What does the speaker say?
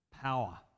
power